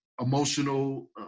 emotional